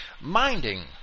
Minding